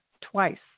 twice